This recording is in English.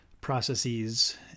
processes